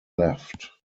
left